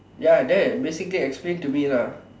ya that basically explain to me lah